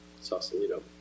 Sausalito